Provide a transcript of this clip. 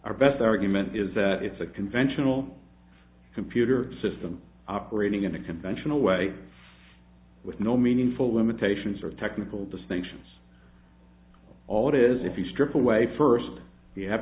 our best argument is that it's a conventional computer system operating in a conventional way with no meaningful limitations or technical distinctions all that is if you strip away first we have